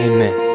Amen